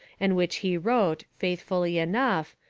and which he wrote, faithfully enough,